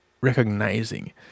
recognizing